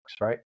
right